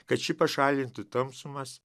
kad ši pašalintų tamsumas